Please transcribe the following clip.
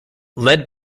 led